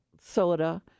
soda